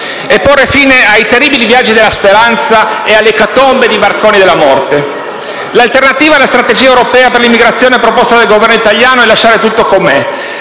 e porre fine ai terribili viaggi della speranza e all'ecatombe dei barconi della morte. L'alternativa alla strategia europea per l'immigrazione proposta dal Governo italiano è lasciare tutto com'è.